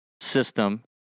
system